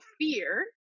fear